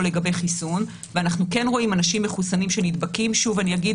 לגבי חיסון ואנחנו כן רואים אנשים מחוסנים שנדבקים אגיד שוב,